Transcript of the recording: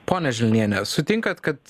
ponia žviniene sutinkat kad